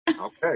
Okay